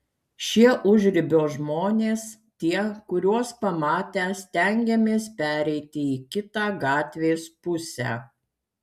šie užribio žmonės tie kuriuos pamatę stengiamės pereiti į kitą gatvės pusę